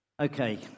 Okay